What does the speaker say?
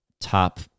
top